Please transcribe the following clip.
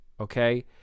Okay